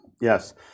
yes